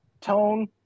Tone